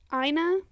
Ina